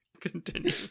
Continue